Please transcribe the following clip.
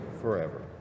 forever